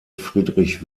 friedrich